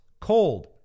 cold